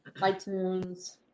iTunes